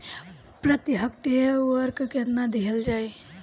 प्रति हेक्टेयर उर्वरक केतना दिहल जाई?